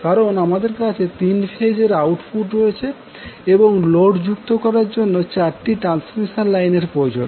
কারণ আমাদের কাছে 3 ফেজ এর আউটপুট রয়েছে এবং লোড যুক্ত করার জন্য চারটি ট্রান্সমিশন লাইনের প্রয়োজন